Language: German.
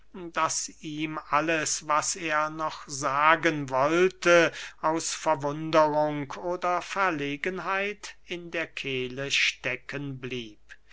daß ihm alles was er noch sagen wollte aus verwunderung oder verlegenheit in der kehle stecken blieb